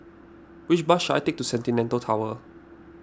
which bus should I take to Centennial Tower